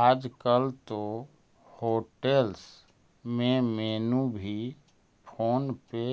आजकल तो होटेल्स में मेनू भी फोन पे